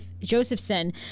Josephson